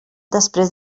després